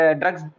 drugs